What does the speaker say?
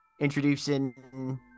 Introducing